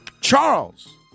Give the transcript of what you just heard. Charles